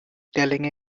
telling